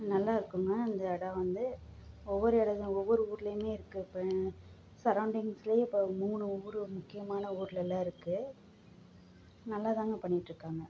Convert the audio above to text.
நல்லா இருக்குதுங்க அந்த இடம் வந்து ஒவ்வொரு இடங்க ஒவ்வொரு ஊருலயும் இருக்குது சரவுண்டிங்ஸ்லேயே இப்போ மூணு ஊர் முக்கியமான ஊர்லலாம் இருக்குது நல்லா தாங்க பண்ணிட்டுருக்காங்க